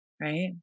Right